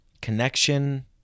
Connection